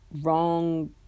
Wrong